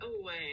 Away